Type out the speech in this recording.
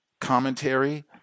commentary